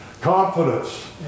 Confidence